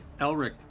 Elric